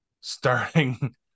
Starting